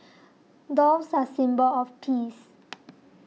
doves are a symbol of peace